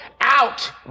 out